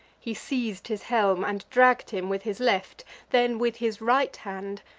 he seiz'd his helm, and dragg'd him with his left then with his right hand,